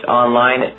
online